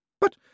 But